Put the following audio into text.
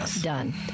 done